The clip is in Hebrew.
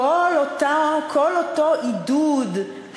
כל אותו עידוד,